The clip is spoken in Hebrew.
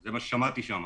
זה מה ששמעתי שאמרת.